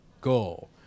goal